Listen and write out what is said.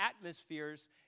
atmospheres